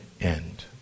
end